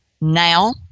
now